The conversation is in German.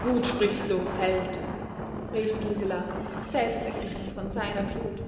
gut sprichst du held rief gisela selbst ergriffen von seiner glut